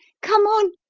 come on!